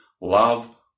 love